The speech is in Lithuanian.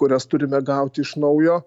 kurias turime gauti iš naujo